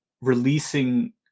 releasing